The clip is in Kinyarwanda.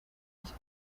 cye